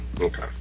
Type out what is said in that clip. okay